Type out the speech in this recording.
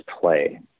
play